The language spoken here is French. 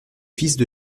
fils